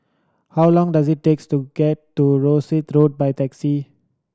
how long does it takes to get to Rosyth Road by taxi